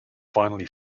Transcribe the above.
finally